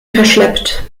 verschleppt